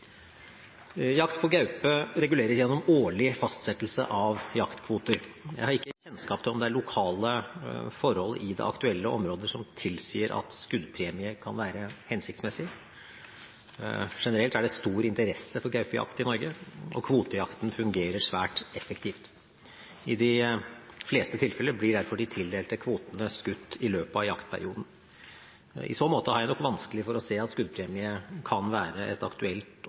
Jakt på gaupe reguleres gjennom årlig fastsettelse av jaktkvoter. Jeg har ikke kjennskap til om det er lokale forhold i det aktuelle området som tilsier at skuddpremie kan være hensiktsmessig. Generelt er det stor interesse for gaupejakt i Norge, og kvotejakten fungerer svært effektivt. I de fleste tilfeller blir derfor de tildelte kvotene skutt i løpet av jaktperioden. I så måte har jeg nok vanskelig for å se at skuddpremie kan være et aktuelt og